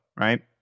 right